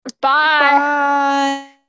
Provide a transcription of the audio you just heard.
Bye